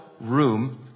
room